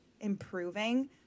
improving